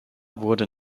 wurde